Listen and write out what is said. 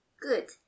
Good